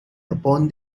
upon